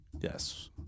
Yes